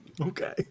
Okay